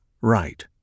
right